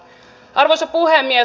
arvoisa puhemies